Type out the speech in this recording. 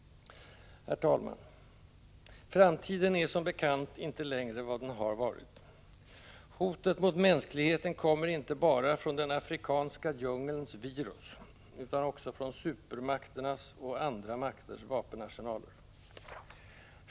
Herr talman! Framtiden är som bekant inte längre vad den har varit. Hotet mot mänskligheten kommer inte bara från den afrikanska djungelns virus utan också från supermakternas — och andra makters — vapenarsenaler.